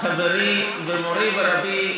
חברי ומורי ורבי,